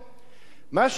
מה שאני מציע,